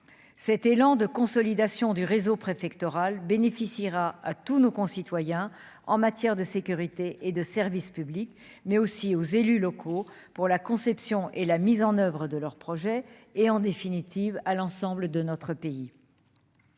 cet élan de consolidation du réseau préfectoral bénéficiera à tous nos concitoyens en matière de sécurité et de service public, mais aussi aux élus locaux pour la conception et la mise en oeuvre de leur projet et en définitive à l'ensemble de notre pays,